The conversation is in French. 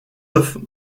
œuvre